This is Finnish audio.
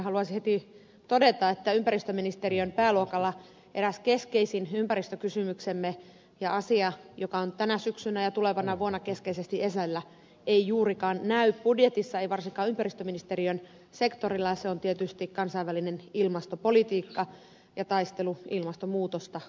haluaisin heti todeta että ympäristöministeriön pääluokan eräs keskeisin ympäristökysymyksemme ja asia joka on tänä syksynä ja tulevana vuonna keskeisesti esillä ei juurikaan näy budjetissa ei varsinkaan ympäristöministeriön sektorilla ja se on tietysti kansainvälinen ilmastopolitiikka ja taistelu ilmastonmuutosta vastaan